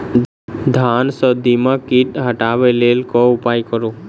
धान सँ दीमक कीट हटाबै लेल केँ उपाय करु?